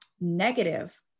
negative